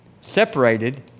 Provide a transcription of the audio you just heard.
separated